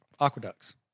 Aqueducts